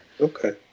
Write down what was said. Okay